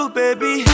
baby